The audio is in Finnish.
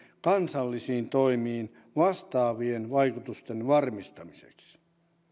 kansallisiin toimiin vastaavien vaikutusten varmistamiseksi